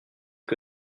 que